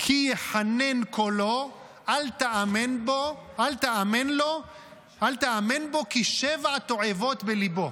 "כי יחנן קולו אל תאמן בו כי שבע תועבות בלבו".